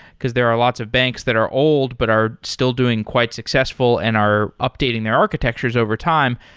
because there are lots of banks that are old, but are still doing quite successful and are updating their architectures overtime.